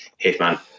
Hitman